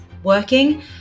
working